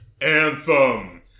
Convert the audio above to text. Anthem